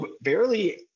barely